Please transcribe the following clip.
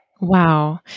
Wow